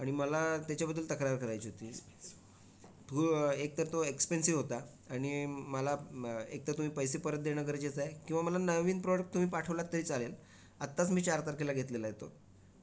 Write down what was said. आणि मला त्याच्याबद्दल तक्रार करायची होती तो एकतर तो एक्सपेन्सिव्ह होता आणि मला एकतर तुम्ही पैसे परत देणं गरजेचं आहे किंवा मला नवीन प्रोडक्ट तुम्ही पाठवलात तरी चालेल आत्ताच मी चार तारखेला घेतलेला आहे तो